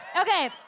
okay